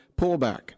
pullback